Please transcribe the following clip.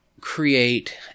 create